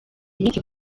iminsi